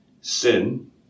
sin